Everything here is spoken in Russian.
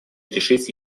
решить